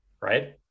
right